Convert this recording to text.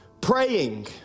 praying